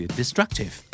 destructive